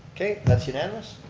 okay, that's unanimous.